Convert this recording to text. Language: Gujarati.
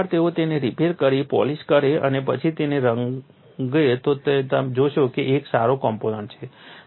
અને એકવાર તેઓ તેને રિપેર કરે પોલિશ કરે અને પછી તેને રંગે તો તમે જોશો કે તે એક સારો કોમ્પોનન્ટ છે